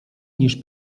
niż